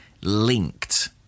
linked